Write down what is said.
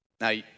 Now